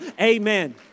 Amen